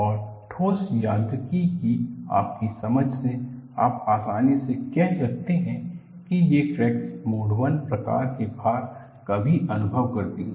और ठोस यांत्रिकी की आपकी समझ से आप आसानी से कह सकते हैं कि ये क्रैक्स मोड 1 प्रकार के भार का भी अनुभव करती हैं